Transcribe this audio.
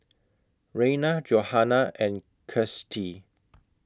Rayna Johanna and Kirstie